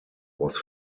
was